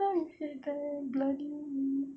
oh my god bloody me